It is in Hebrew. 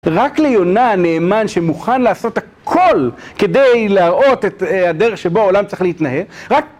רק ליונה הנאמן שמוכן לעשות הכל כדי להראות את הדרך שבו העולם צריך להתנהג, רק